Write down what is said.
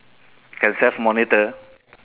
can self monitor